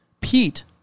Pete